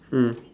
mm